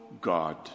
God